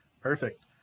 Perfect